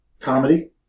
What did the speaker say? Comedy